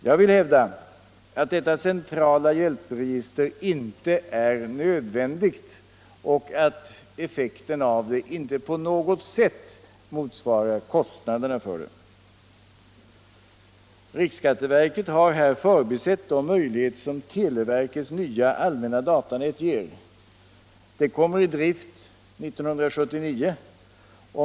Jag vill hävda att detta centrala hjälpregister inte är nödvändigt och att effekten av det inte på något sätt motsvarar kostnaderna för det. Riksskatteverket har här förbisett de möjligheter som televerkets nya allmänna datanät ger. Det kommer i drift 1979.